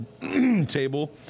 table